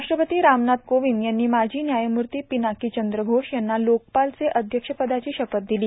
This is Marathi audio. राष्ट्रपती रामनाथ कोविंद यांनी माजी न्यायमूर्ती पिनाकी चंद्र घोष यांना लोकपालचे अध्यक्ष पदाची शपथ दिली